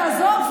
עזוב,